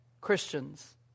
Christians